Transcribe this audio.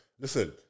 Listen